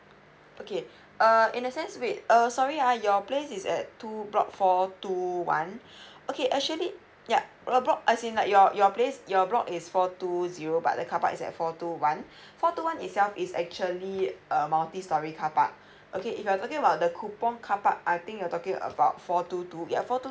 okay err in a sense wait err sorry ah your place is at two block four two one okay actually yeah row block as in like your your place your block is four two zero but the carpark is at four two one four two one itself is actually a multi storey carpark okay if you are talking about the coupon carpark I think you are talking about four two two yeah four two